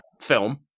film